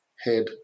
head